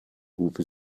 uwe